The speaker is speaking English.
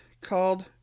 called